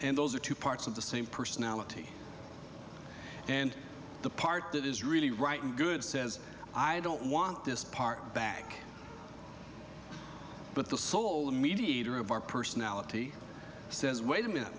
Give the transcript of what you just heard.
and those are two parts of the same personality and the part that is really right and good says i don't want this part back but the soul the mediator of our personality says wait a minute